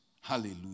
Hallelujah